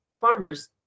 farmers